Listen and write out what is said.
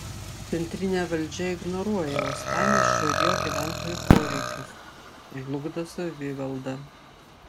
centrinė valdžia ignoruoja uostamiesčio ir jo gyventojų poreikius žlugdo savivaldą